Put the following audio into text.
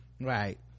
Right